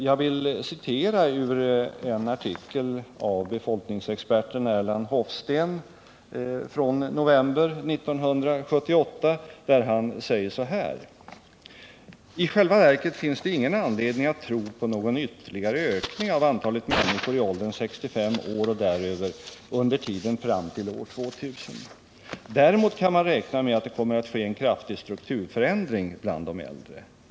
Jag vill här citera ur en artikel av befolkningsexperten Erland Hofsten från november 1978, där han säger: ”I själva verket finns det ingen anledning att tro på någon ytterligare ökning av antalet människor i åldern 65 år och däröver under tiden fram till år 2000. Däremot kan man räkna med att det kommer att ske en kraftig strukturförändring bland de äldre.